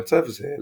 במצב זה,